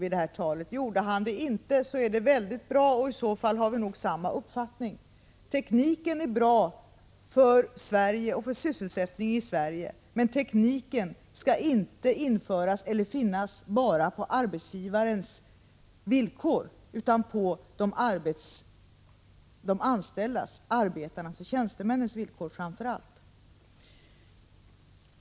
Om han inte gjorde det så är det bra, och i så fall har vi nog samma uppfattning. Tekniken är bra för Sverige och för sysselsättningen i Sverige, men den skall inte införas eller finnas till bara på arbetsgivarens villkor utan framför allt på de anställdas villkor, på arbetarnas och tjänstemännens villkor.